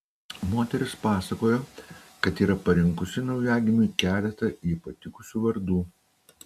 moteris pasakojo kad yra parinkusi naujagimiui keletą jai patikusių vardų